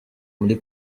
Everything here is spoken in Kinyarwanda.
muri